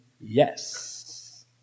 yes